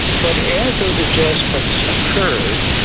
but as those adjustments occurred,